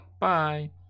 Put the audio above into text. Bye